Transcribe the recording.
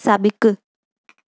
साबिक़ु